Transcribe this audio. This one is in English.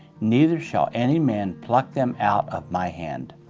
neither shall any man pluck them out of my hand.